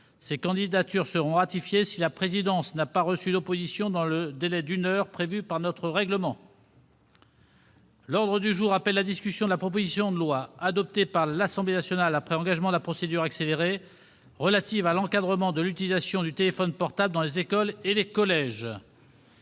Ces candidatures seront ratifiées si la présidence n'a pas reçu d'opposition dans le délai d'une heure prévu par notre règlement. L'ordre du jour appelle la discussion de la proposition de loi, adoptée par l'Assemblée nationale après engagement de la procédure accélérée, relative à l'encadrement de l'utilisation du téléphone portable dans les écoles et les collèges